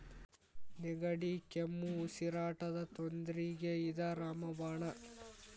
ನೆಗಡಿ, ಕೆಮ್ಮು, ಉಸಿರಾಟದ ತೊಂದ್ರಿಗೆ ಇದ ರಾಮ ಬಾಣ